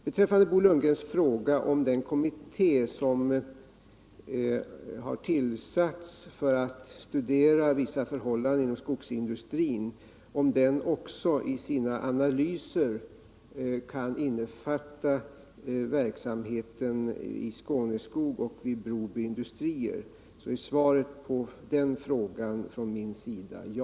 Beträffande Bo Lundgrens fråga huruvida den kommitté som har tillsatts för att studera vissa förhållanden inom skogsindustrin också i sina analyser kan innefatta verksamheten i Skåneskog och vid Broby Industrier är mitt svar på den frågan ja.